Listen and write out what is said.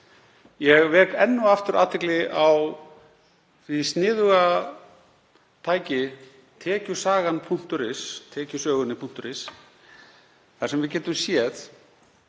Ég vek enn og aftur athygli á því sniðuga tæki, tekjusagan.is, tekjusögunni þar sem við getum séð